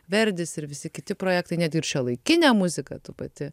verdis ir visi kiti projektai net ir šiuolaikinę muziką tu pati